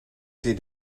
did